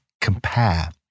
compare